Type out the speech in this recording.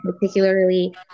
particularly